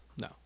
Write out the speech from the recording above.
No